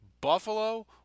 Buffalo